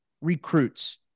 recruits